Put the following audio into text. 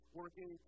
working